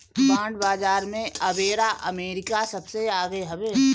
bond बाजार में एबेरा अमेरिका सबसे आगे हवे